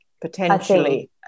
potentially